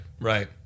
right